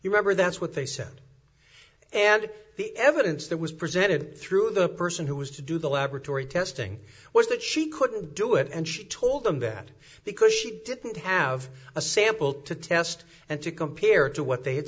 remember that's what they said and the evidence that was presented through the person who was to do the laboratory testing was that she couldn't do it and she told them that because she didn't have a sample to test and to compare to what they